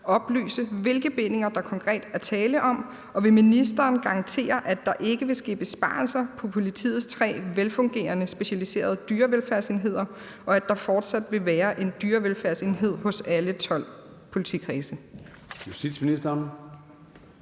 oplyse, hvilke bindinger der konkret er tale om, og vil ministeren garantere, at der ikke vil ske besparelser på politiets tre velfungerende specialiserede dyrevelfærdsenheder, og at der fortsat vil være en dyrevelfærdsenhed hos alle 12 politikredse?